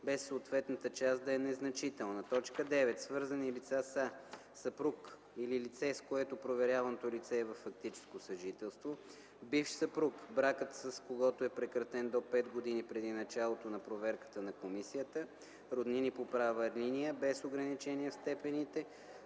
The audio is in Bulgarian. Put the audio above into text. без съответната част да е незначителна. 9. „Свързани лица” са съпруг или лице, с което проверяваното лице е във фактическо съжителство; бивш съпруг, бракът с когото е прекратен до 5 години преди началото на проверката на комисията; роднини по права линия без ограничение в степените;